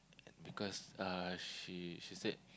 and because uh she she said